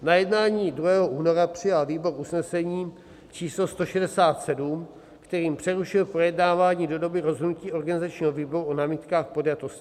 Na jednání 2. února přijal výbor usnesení číslo 167, kterým přerušil projednávání do doby rozhodnutí organizačního výboru o námitkách podjatosti.